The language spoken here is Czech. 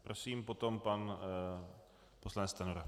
Prosím, potom pan poslanec Stanjura.